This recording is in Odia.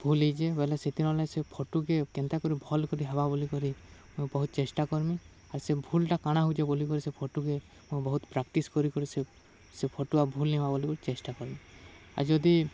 ଭୁଲ୍ ହେଇଚେ ବଏଲେ ସେଥିର୍ଲାଗି ସେ ଫଟୁକେ କେନ୍ତା କରି ଭଲ୍ କରି ହେବା ବୋଲିକରି ମୁଇଁ ବହୁତ୍ ଚେଷ୍ଟା କର୍ମି ଆର୍ ସେ ଭୁଲ୍ଟା କାଣା ହଉଚେ ବୋଲିିକରି ସେ ଫଟୁକେ ମୁଇଁ ବହୁତ୍ ପ୍ରାକ୍ଟିସ୍ କରି କରି ସେ ସେ ଫଟୁ ଆଉ ଭୁଲ୍ ନିହେବା ବୋଲିିକରି ଚେଷ୍ଟା କର୍ମି ଆଉ ଯଦି